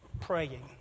praying